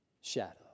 shadow